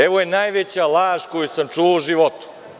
Evo je najveća laž koju sam čuo u životu.